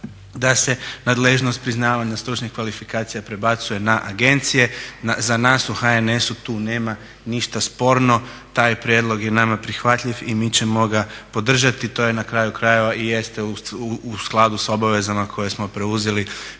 da se nadležnost priznavanja stručnih kvalifikacija prebacuje na agencije. Za nas u HNS-u tu nema ništa sporno, taj prijedlog je nama prihvatljiv i mi ćemo ga podržati. To na kraju krajeva i jeste u skladu sa obavezama koje smo preuzeli